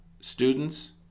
students